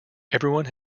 everyone